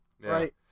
Right